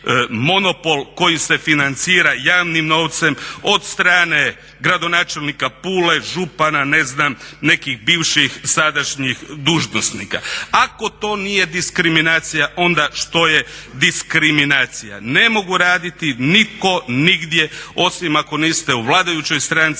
koji se financira javnim novcem od strane gradonačelnika Pule, župana, ne znam nekih bivših, sadašnjih dužnosnika. Ako to nije diskriminacija onda što je diskriminacija? Ne mogu raditi nitko nigdje osim ako niste u vladajućoj stranci